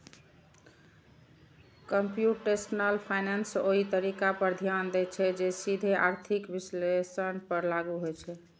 computational finance ओइ तरीका पर ध्यान दै छै, जे सीधे आर्थिक विश्लेषण पर लागू होइ छै